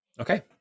Okay